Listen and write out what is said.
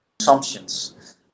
assumptions